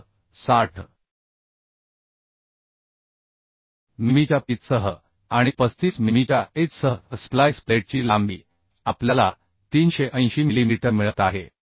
तर 60 मिमीच्या पिचसह आणि 35 मिमीच्या एचसह स्प्लाइस प्लेटची लांबी आपल्याला 380 मिलीमीटर मिळत आहे